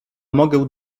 mogę